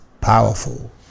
powerful